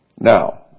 Now